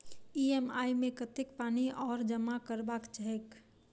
EMI मे कतेक पानि आओर जमा करबाक छैक?